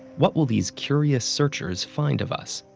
what will these curious searchers find of us?